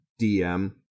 dm